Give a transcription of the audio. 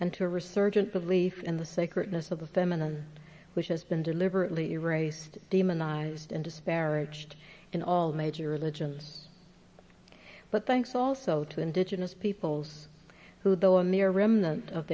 and to resurgent belief in the sacredness of the feminine which has been deliberately erased demonized and disparaged in all major religions but thanks also to indigenous peoples who though a mere remnant of